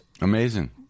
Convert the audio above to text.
Amazing